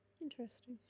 Interesting